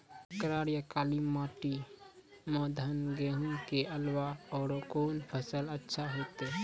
करार या काली माटी म धान, गेहूँ के अलावा औरो कोन फसल अचछा होतै?